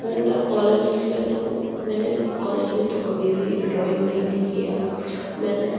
school और colleges में तो मैंने कॉलेज में तो मैंने कॉलेज में तो कभी भी ड्राइंग नहीं सीखी है मैंने